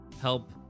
help